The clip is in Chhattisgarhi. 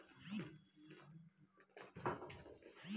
सबो मनखे मन एके संग बूता करे ल धर लेथें तेकर सेती बनिहार मन बँटा जाथें